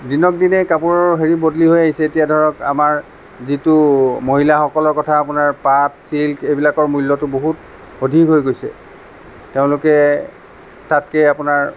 দিনক দিনে কাপোৰৰ হেৰি বদলি হৈ আহিছে এতিয়া ধৰক আমাৰ যিটো মহিলাসকলৰ কথা আপোনাৰ পাট চিল্ক এইবিলাকৰ মূল্যটো বহুত অধিক হৈ গৈছে তেওঁলোকে তাতকে আপোনাৰ